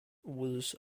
was